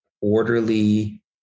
orderly